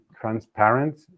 transparent